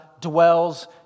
dwells